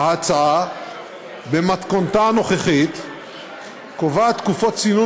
ההצעה במתכונתה הנוכחית קובעת תקופות צינון